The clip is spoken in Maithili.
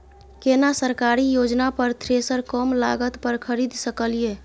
केना सरकारी योजना पर थ्रेसर कम लागत पर खरीद सकलिए?